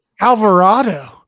Alvarado